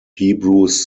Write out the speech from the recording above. hebrews